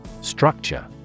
Structure